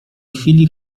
chwili